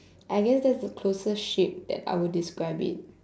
I guess that's the closest shape that I would describe it